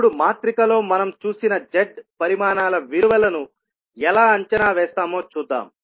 ఇప్పుడుమాత్రిక లో మనం చూసిన Z పరిమాణాల విలువలను ఎలా అంచనా వేస్తామో చూద్దాం